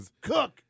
cook